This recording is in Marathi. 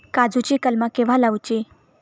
काजुची कलमा केव्हा लावची?